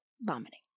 Vomiting